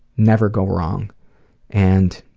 never go wrong and